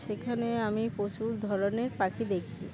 সেখানে আমি প্রচুর ধরনের পাখি দেখি